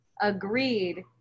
agreed